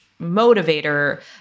motivator